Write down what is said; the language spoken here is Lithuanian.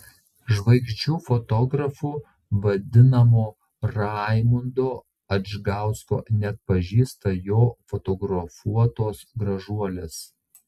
žvaigždžių fotografu vadinamo raimundo adžgausko neatpažįsta jo fotografuotos gražuolės